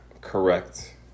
Correct